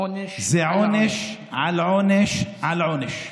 עונש, זה עונש על עונש על עונש,